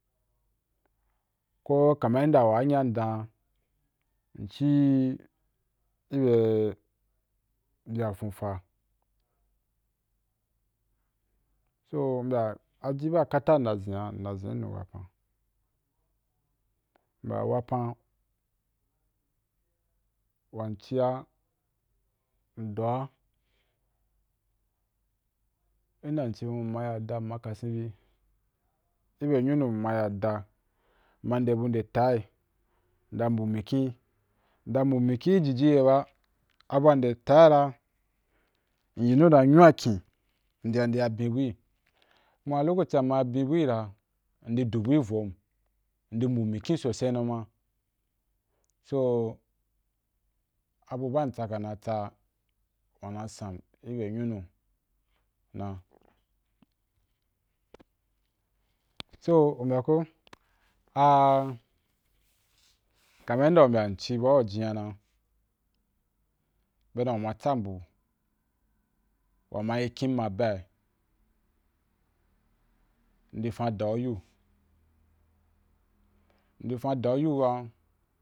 Ko, kaman inda wa hia ndan, mci i be bya fonfa, so bya aji ba kata nna zin’ a, nna zin i nu wapan, u bya wapan wa xi ya, ndo ‘ a, yin da mcí jun mma ya dah mma kasinbi, i be nyunu mma ya dah, mma nde bu de ta’ i, nna mbu mikyin, nda mbu mikyin ijiji ye ba, abu’a nde ta’i ra, inyi nu dan nyuno a kyin locaci a mma bin bu ira, ndi du bu i vom, ndi mbu mikyin sosai nu ma, so abu ba mtsaka na tsa wana sam i be nyunu na. so ubya ko a kaman inda u mbayam ci ba au jiyana, be dan uma tsam bu, wa ma yi kyin ma ba’i, ndi fan dau yi, ndi fan dau yi ba.